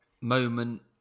moment